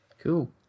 cool